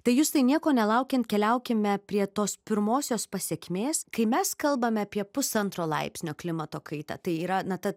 tai justai nieko nelaukiant keliaukime prie tos pirmosios pasekmės kai mes kalbame apie pusantro laipsnio klimato kaitą tai yra na ta